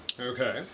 Okay